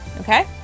Okay